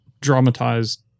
dramatized